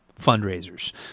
fundraisers